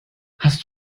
hast